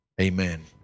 Amen